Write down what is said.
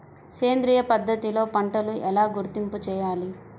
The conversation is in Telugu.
సేంద్రియ పద్ధతిలో పంటలు ఎలా గుర్తింపు చేయాలి?